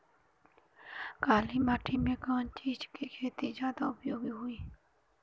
काली माटी में कवन चीज़ के खेती ज्यादा उपयोगी होयी?